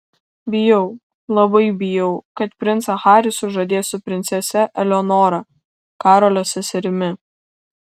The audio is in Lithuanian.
bijau labai bijau kad princą harį sužadės su princese eleonora karolio seserimi